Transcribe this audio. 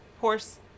Horse